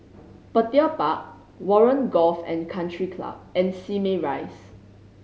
Petir Park Warren Golf and Country Club and Simei Rise